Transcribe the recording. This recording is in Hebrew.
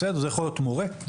זה יכול להיות מורה,